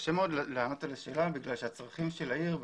קשה מאוד לענות על השאלה בגלל הצרכים של ירושלים.